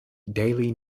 daily